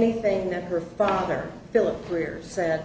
anything that her father